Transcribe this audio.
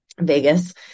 Vegas